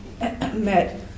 met